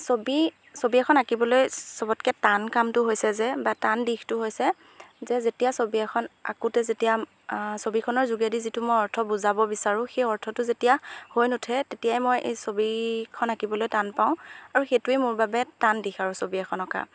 ছবি ছবি এখন আঁকিবলৈ চবতকৈ টান কামটো হৈছে যে বা টান দিশটো হৈছে যে যেতিয়া ছবি এখন আঁকোতে যেতিয়া ছবিখনৰ যোগেদি যিটো মই অৰ্থ বুজাব বিচাৰোঁ সেই অৰ্থটো যেতিয়া হৈ নুঠে তেতিয়াই মই এই ছবিখন আঁকিবলৈ টান পাওঁ আৰু সেইটোৱেই মোৰ বাবে টান দিশ আৰু ছবি এখন অঁকা